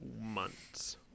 months